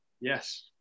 Yes